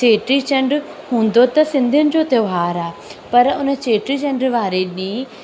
चेटी चंडु हूंदो त सिंधियुनि जो त्योहारु आहे पर उन चेटी चंडु वारे ॾींहुं